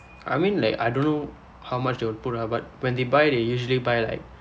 I mean like I dunno how much they will put lah but when they buy they usually buy like